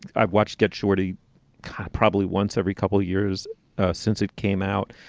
i'd watch get shorty probably once every couple years since it came out.